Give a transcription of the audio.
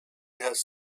has